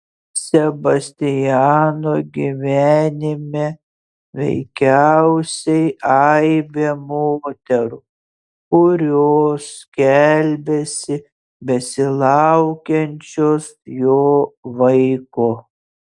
sebastiano gyvenime veikiausiai aibė moterų kurios skelbiasi besilaukiančios jo vaiko